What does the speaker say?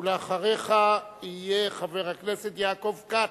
ואחריך יהיה חבר הכנסת יעקב כץ.